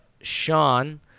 Sean